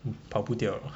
跑不掉 liao